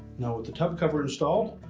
the tub cover installed,